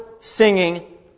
singing